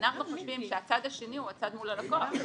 אנחנו חושבים שהצד השני הוא הצד מול הלקוח.